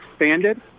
expanded